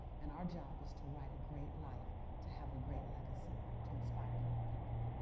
and our job is to write a great life to have a great legacy to inspire many people.